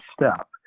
step